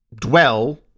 dwell